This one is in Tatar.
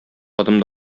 адым